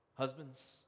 Husbands